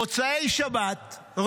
מוצאי שבת,